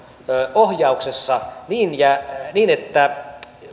ohjauksessa niin että